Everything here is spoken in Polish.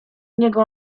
niego